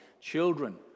children